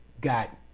got